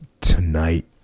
tonight